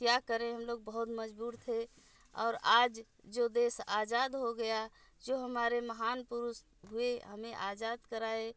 क्या करें हम लोग बहुत मजबूर थे और आज जो देश आज़ाद हो गया जो हमारे महान पुरुष हुए हमें आज़ाद कराए